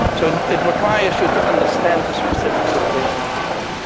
so and it requires you to understand the specific situation of the other.